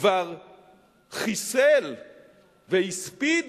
כבר חיסל והספיד